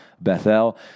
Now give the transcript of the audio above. Bethel